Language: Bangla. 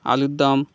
আলুর দম